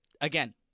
again